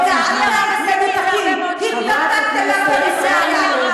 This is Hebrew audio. בנהריה חסרים 75 רופאים.